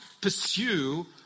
pursue